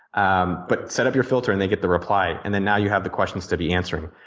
um but set up your filter and they get the reply and then now you have the questions to be answering.